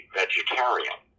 vegetarian